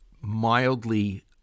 mildly